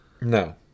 No